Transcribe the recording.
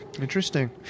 Interesting